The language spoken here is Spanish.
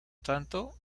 tanto